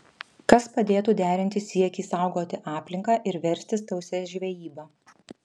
kas padėtų derinti siekį saugoti aplinką ir verstis tausia žvejyba